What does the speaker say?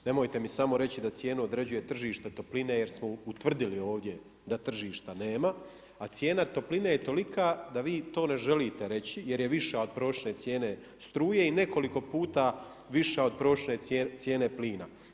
Nemojte mi samo reći da cijenu određuje tržište topline jer smo utvrdili ovdje da tržišta nema, a cijena topline je tolika da vi to ne želite reći jer je viša od prosječne cijene struje i nekoliko puta viša od prosječne cijene plina.